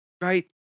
Right